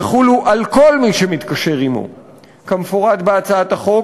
יחולו על כל מי שמתקשר עמו כמפורט בהצעת החוק,